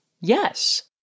yes